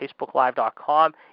FacebookLive.com